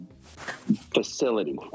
facility